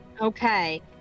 Okay